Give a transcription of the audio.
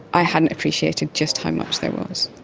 i hadn't appreciated just how much there was.